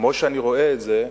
כמו שאני רואה את זה,